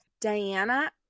Diana